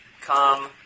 come